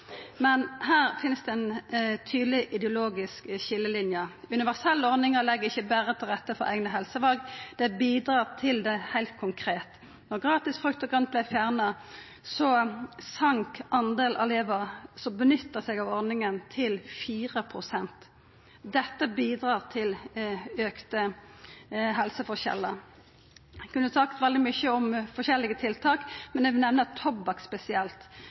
Men her finst det ei tydeleg ideologisk skiljelinje. Universelle ordningar legg ikkje berre til rette for eigne helseval, dei bidreg til det heilt konkret. Då gratis frukt og grønt vart fjerna, gjekk talet på elevar som bruker ordninga, ned til 4 pst. Dette bidreg til auka helseforskjellar. Eg kunne sagt veldig mykje om forskjellige tiltak, men eg vil nemna tobakk spesielt.